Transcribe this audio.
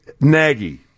Nagy